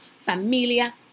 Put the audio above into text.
familia